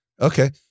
okay